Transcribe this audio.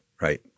right